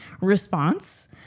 response